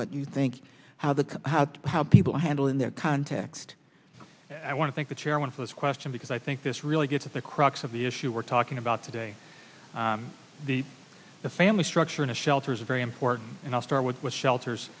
what you think how the how to how people handle in the context i want to thank the chairman for this question because i think this really gets at the crux of the issue we're talking about today the the family structure in a shelter is very important and i'll start with the shelters